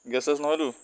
gas চেছ নহয়তো